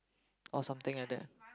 or something like that